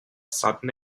sudden